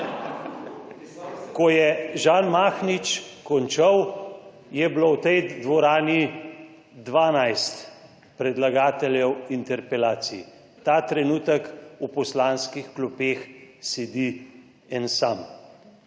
Ko je Žan Mahnič končal, je bilo v tej dvorani dvanajst predlagateljev interpelacij, ta trenutek v poslanskih klopeh sedi en sam.